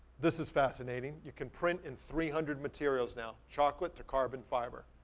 this is fascinating, you can print in three hundred materials now. chocolate to carbon fiber.